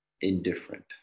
indifferent